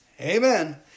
Amen